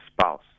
spouse